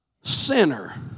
sinner